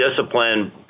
discipline